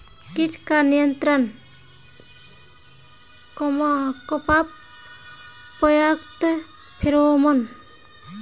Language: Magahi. कीट का नियंत्रण कपास पयाकत फेरोमोन?